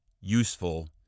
useful